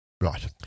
Right